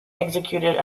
executed